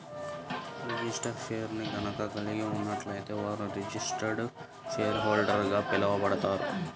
registered షేర్ని గనక కలిగి ఉన్నట్లయితే వారు రిజిస్టర్డ్ షేర్హోల్డర్గా పిలవబడతారు